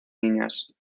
niñas